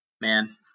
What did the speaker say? Man